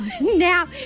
now